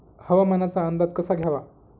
हवामानाचा अंदाज कसा घ्यावा?